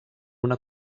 una